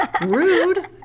Rude